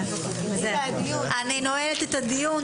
אני נועלת את הדיון.